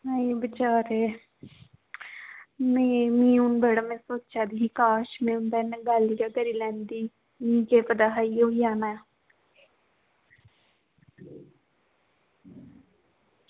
नेईं बेचारे नेईं में हून बड़ा सोचा में दी ही कि काश में उं'दे कन्नै गल्ल गै करी लैंदी मी केह् पता एह् होई जाना